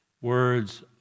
words